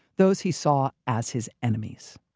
those he saw as his enemies